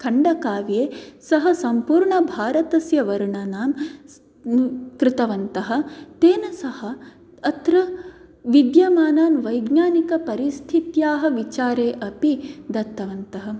खण्डकाव्ये सः सम्पूर्णभारतस्य वर्णानं कृतवन्तः तेन सः अत्र विद्यामानान् वैज्ञानिकपरिस्थित्याः विचारे अपि दत्तवन्तः